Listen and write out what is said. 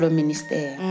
minister